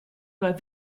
bei